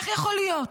איך יכול להיות?